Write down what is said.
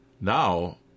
Now